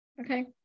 okay